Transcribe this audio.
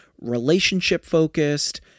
relationship-focused